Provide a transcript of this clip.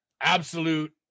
absolute